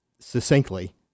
succinctly